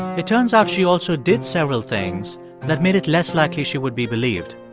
it turns out she also did several things that made it less likely she would be believed.